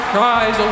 Prize